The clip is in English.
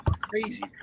Crazy